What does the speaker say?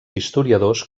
historiadors